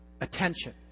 attention